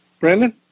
Brandon